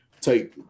take